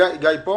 גיא,